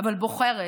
אבל בוחרת,